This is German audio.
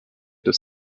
des